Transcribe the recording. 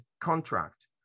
contract